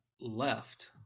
left